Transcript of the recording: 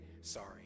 sorry